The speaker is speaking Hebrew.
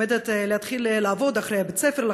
היא עומדת להתחיל לעבוד אחרי בית הספר,